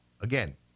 Again